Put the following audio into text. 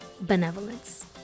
Benevolence